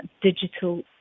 Digital